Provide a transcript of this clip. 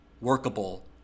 workable